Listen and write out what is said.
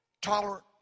tolerant